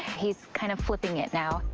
he's kind of flipping it now.